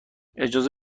اجازه